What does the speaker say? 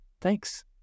Thanks